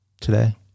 today